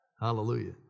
Hallelujah